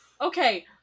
Okay